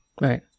Right